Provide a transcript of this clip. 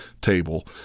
table